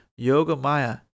Yogamaya